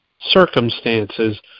circumstances